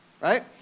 right